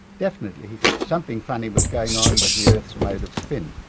definitely something funny was going on with the earth's mode of spin.